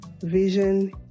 Vision